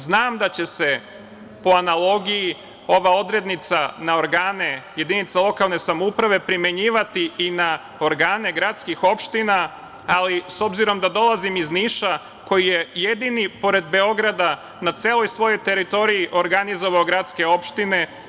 Znam da će se po analogiji ova odrednica na organe jedinice lokalne samouprave primenjivati i na organe gradskih opština, ali, s obzirom da dolazim iz Niša, koji je jedini, pored Beograda, na celoj svojoj teritoriji organizovao gradske opštine.